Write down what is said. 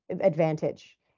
advantage